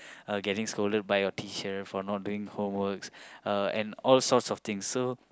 uh getting scolded by your teacher for not doing homeworks uh and all sorts of things so